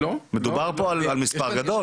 מדובר פה על מספר גדול.